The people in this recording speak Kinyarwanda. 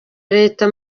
leta